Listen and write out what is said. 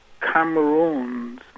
Cameroons